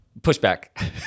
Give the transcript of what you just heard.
pushback